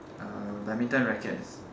err badminton rackets